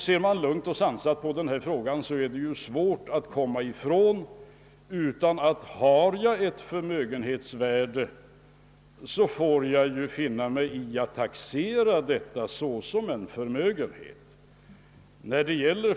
Ser man lugnt och sansat på denna fråga är det svårt att komma ifrån, att den som har ett förmögenhetsvärde får finna sig i att taxera detta såsom en förmögenhet.